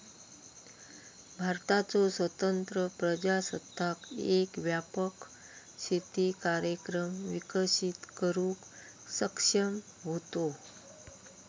भारताचो स्वतंत्र प्रजासत्ताक एक व्यापक शेती कार्यक्रम विकसित करुक सक्षम होतो